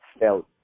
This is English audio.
felt